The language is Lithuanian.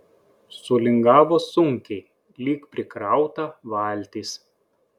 sulingavo sunkiai lyg prikrauta valtis